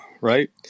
right